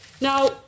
Now